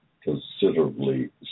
considerably